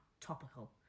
topical